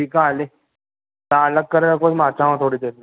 ठीकु आहे हले तव्हां अलॻि करे रखोसि मां अचांव थो थोरी देरि में